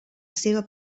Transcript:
seva